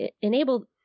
enable